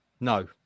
No